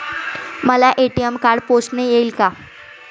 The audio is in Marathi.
मला ए.टी.एम कार्ड पोस्टाने येईल का?